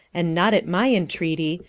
and not at my entreaty,